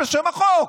בשם החוק.